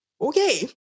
Okay